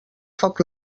foc